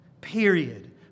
Period